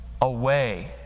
away